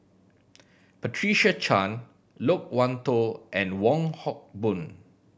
Patricia Chan Loke Wan Tho and Wong Hock Boon